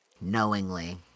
knowingly